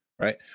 right